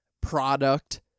product